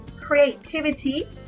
creativity